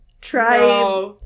Try